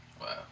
Wow